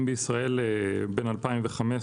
בין השנים 2015